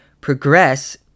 progress